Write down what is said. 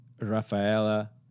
Rafaela